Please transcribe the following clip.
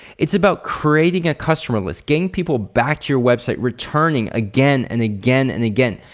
it's about creating a customer list, getting people back to your website, returning again and again and again.